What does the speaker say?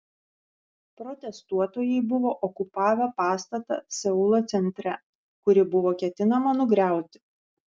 protestuotojai buvo okupavę pastatą seulo centre kurį buvo ketinama nugriauti